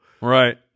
Right